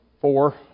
four